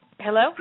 Hello